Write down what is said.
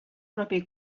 propi